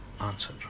answer